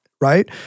Right